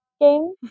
game